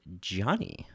Johnny